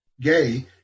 gay